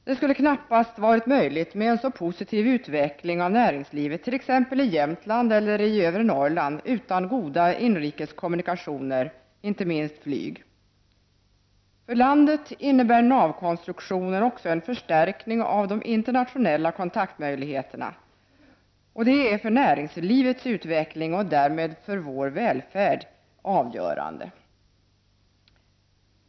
Det skulle knappast ha varit möjligt med en så positiv utveckling av näringslivet t.ex. i Jämtland eller i övre Norrland utan goda inrikeskommunikationer, inte minst flyg. För landet innebär navkonstruktionen också en förstärkning av de internationella kontaktmöjligheterna. Detta är för näringslivets utveckling, och därmed för vår välfärd, avgörande.